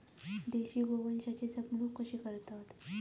देशी गोवंशाची जपणूक कशी करतत?